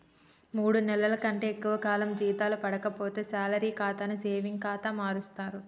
మూడు నెలల కంటే ఎక్కువ కాలం జీతాలు పడక పోతే శాలరీ ఖాతాని సేవింగ్ ఖాతా మారుస్తరు